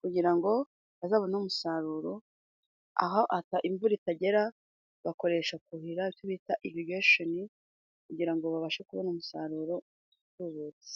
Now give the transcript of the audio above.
kugira ngo bazabone umusaruro aho imvura itagera bakoresha kuhira ibyo bita irigesheni, kugira ngo babashe kubona umusaruro utubutse.